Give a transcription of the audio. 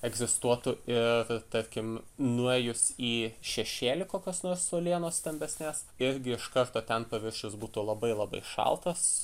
egzistuotų ir tarkim nuėjus į šešėlį kokios nors uolienos stambesnės irgi iš karto ten paviršius būtų labai labai šaltas